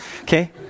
okay